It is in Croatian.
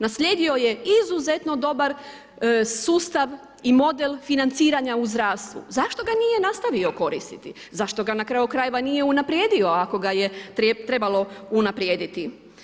Naslijedio je izuzetno dobar sustav i model financiranja u zdravstvu, zašto ga nije nastavio koristiti, zašto ga na kraju krajeva nije unaprijedio ako ga je trebalo unaprijediti?